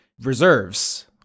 reserves